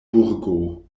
burgo